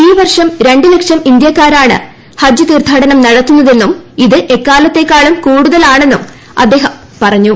ഈ വർഷം രണ്ട് ലക്ഷം ഇന്ത്യാക്കാരാണ് ഹജ്ജ് തീർത്ഥാടനം നടത്തുന്നതെന്നും ഇത് എക്കാലത്തേക്കാളും കൂടുതലാണെന്നും അദ്ദേഹം പറഞ്ഞു